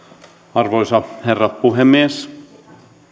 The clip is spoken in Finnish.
arvoisa herra puhemies